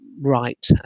right